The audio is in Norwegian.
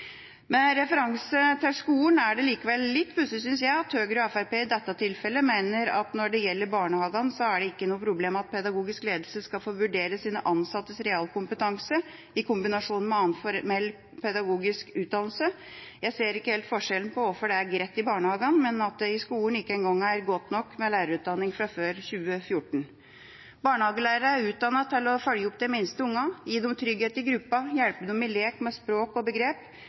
Med referanse til skolen er det likevel litt pussig, synes jeg, at Høyre og Fremskrittspartiet i dette tilfellet mener at når det gjelder barnehagene, er det ikke noe problem at pedagogisk ledelse skal få vurdere sine ansattes realkompetanse i kombinasjon med annen formell pedagogisk utdannelse. Jeg ser ikke helt forskjellen på hvorfor det er greit i barnehagene, men at det i skolen ikke engang er godt nok med lærerutdanning fra før 2014. Barnehagelærere er utdannet til å følge opp de minste ungene, gi dem trygghet i gruppa, hjelpe dem i lek med språk og